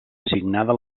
assignada